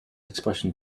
expression